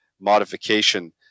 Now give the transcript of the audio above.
modification